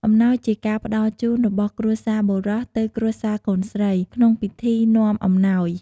អំណោយជាការផ្ដល់ជូនរបស់គ្រួសារបុរសទៅគ្រួសារកូនស្រី ក្នុងពិធីនាំអំណោយ។